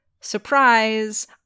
surprise